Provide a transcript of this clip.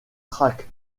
traque